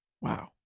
Wow